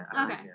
Okay